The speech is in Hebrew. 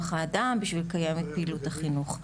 האדם בשביל לקיים את פעילות החינוך,